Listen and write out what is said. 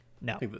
No